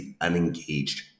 unengaged